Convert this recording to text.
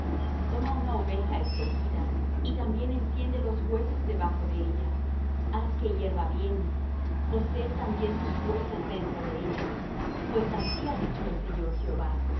toma una oveja escogida y también enciende los huesos debajo de ella haz que hierva bien coced también sus huesos dentro de ella pues así ha dicho el señor jehová